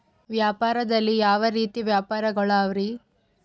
ವ್ಯಾಪಾರದಲ್ಲಿ ಯಾವ ರೇತಿ ವ್ಯಾಪಾರಗಳು ಅವರಿ?